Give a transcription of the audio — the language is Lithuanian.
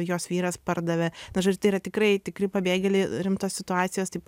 jos vyras pardavė nu žodžiu tai yra tikrai tikri pabėgėliai rimtos situacijos taip